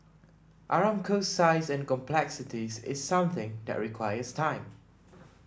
Aramco's size and complexities is something that requires time